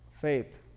faith